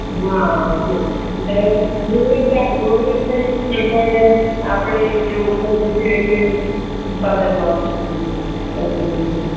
હા એટલે ને ગુણવત્તા ગુણવત્તાયુક્ત ને પણ એ આપણે જે ઉપજ છે કે ઉત્પાદન મળી શકે બરાબર છે